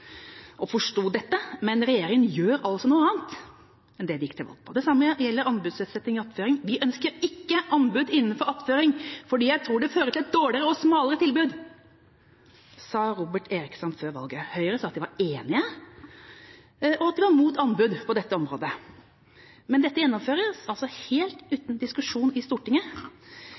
og forsto dette, men regjeringa gjør altså noe annet enn det den gikk til valg på. Det samme gjelder anbudsutsetting innenfor attføring. «Vi ønsker ikke anbud innenfor attføring, fordi jeg tror det fører til et dårligere og smalere tilbud.» Det sa Robert Eriksson før valget. Høyre sa at de var enige, og at de var imot anbud på dette området. Men dette gjennomføres helt uten diskusjon i Stortinget,